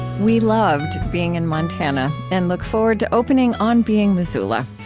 we loved being in montana and look forward to opening on being-missoula.